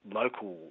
local